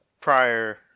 Prior